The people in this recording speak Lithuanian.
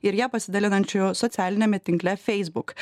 ir ją pasidalinančiu socialiniame tinkle facebook